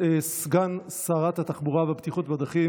(הקצאת סכום לרשויות המקומיות הסמוכות לנמל התעופה בן-גוריון),